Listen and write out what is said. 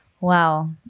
wow